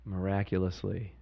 Miraculously